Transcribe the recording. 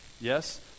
Yes